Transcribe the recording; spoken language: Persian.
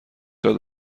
داد